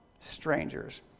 strangers